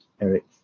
Eric